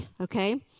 okay